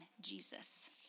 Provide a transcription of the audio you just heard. Jesus